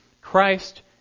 Christ